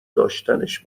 داشتنش